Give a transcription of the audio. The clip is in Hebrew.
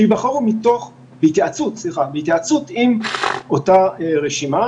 שייבחרו בהתייעצות עם אותה רשימה.